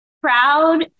proud